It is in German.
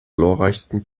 glorreichsten